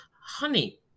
honey